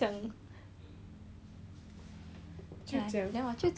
then 我就讲 like err 我